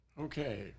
Okay